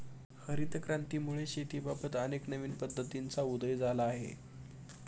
हरित क्रांतीमुळे शेतीबाबत अनेक नवीन पद्धतींचा उदय झाला आहे